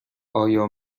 آیا